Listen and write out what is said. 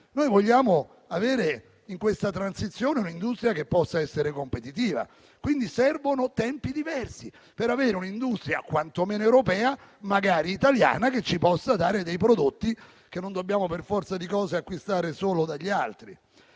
vogliamo avere un'industria che possa essere competitiva. Servono quindi tempi diversi per avere un'industria quantomeno europea, magari italiana, che ci possa dare prodotti che non dobbiamo per forza di cose acquistare solo dagli altri.